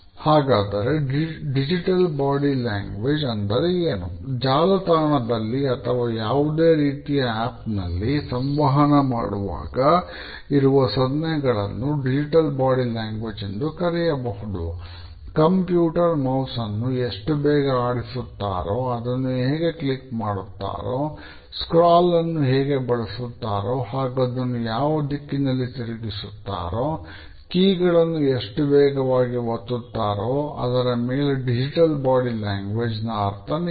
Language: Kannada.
ಹಾಗಾದರೇ ಡಿಜಿಟಲ್ ಬಾಡಿ ಲ್ಯಾಂಗ್ವೇಜ್ ನ ಅರ್ಥ ನಿಂತಿದೆ